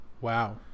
Wow